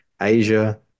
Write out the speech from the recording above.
asia